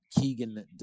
Keegan